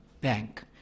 Bank